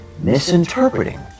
Misinterpreting